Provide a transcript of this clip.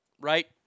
Right